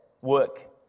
work